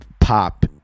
pop